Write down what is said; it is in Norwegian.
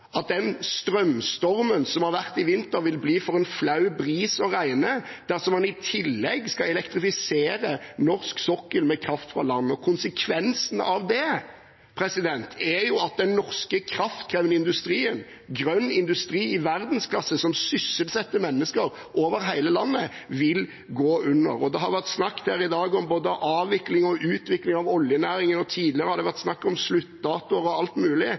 at den strømstormen som har vært i vinter, vil bli for en flau bris å regne dersom man i tillegg skal elektrifisere norsk sokkel med kraft fra land. Konsekvensen av det er jo at den norske kraftkrevende industrien – grønn industri i verdensklasse som sysselsetter mennesker over hele landet – vil gå under. Det har i dag vært snakket om både avvikling og utvikling av oljenæringen. Tidligere har det vært snakk om sluttdatoer og alt mulig,